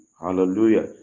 Hallelujah